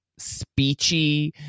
speechy